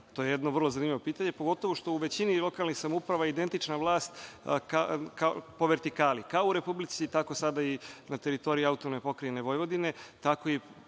To je jedno vrlo zanimljivo pitanje, pogotovo što je u većini lokalnih samouprava identična vlast po vertikali. Kao u Republici, tako sada i na teritoriji AP Vojvodine, a tako i